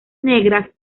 negras